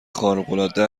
خارقالعاده